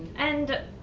and,